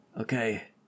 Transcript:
Okay